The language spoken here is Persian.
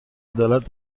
عدالت